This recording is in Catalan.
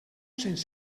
cents